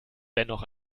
dennoch